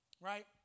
right